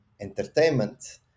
entertainment